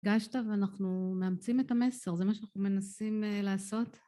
פגשת ואנחנו מאמצים את המסר, זה מה שאנחנו מנסים לעשות.